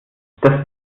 das